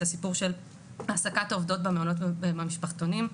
זה הסיפור של העסקת העובדות במעונות של המשפחתונים.